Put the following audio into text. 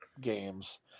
games